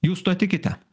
jūs tuo tikite